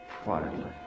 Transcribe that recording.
quietly